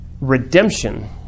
Redemption